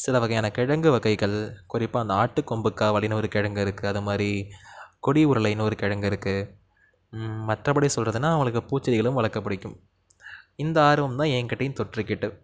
சில வகையான கிழங்கு வகைகள் குறிப்பாக அந்த ஆட்டு கொம்பு கா வள்ளின்னு ஒரு கிழங்கு இருக்குது அது மாதிரி கொடி உருளைனு ஒரு கிழங்கு இருக்குது மற்றபடி சொல்கிறதுன்னா அவங்களுக்கு பூச்செடிகளும் வளர்க்க பிடிக்கும் இந்த ஆர்வம் தான் என்கிட்டேயும் தொற்றிக்கிட்டு